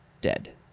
dead